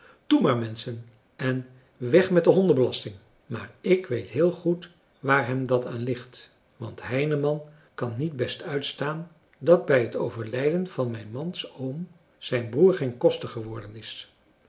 toe maar menschen en weg met de hondenbelasting maar ik weet heel goed waar hem dat aan ligt want heineman kan niet best uitstaan dat bij het overlijden van mijn mans oom zijn broer geen koster geworden is